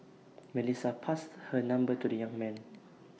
Melissa passed her number to the young man